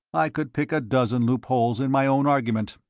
i could pick a dozen loopholes in my own argument.